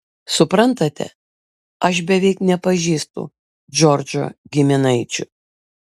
suprantate aš beveik nepažįstu džordžo giminaičių